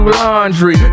laundry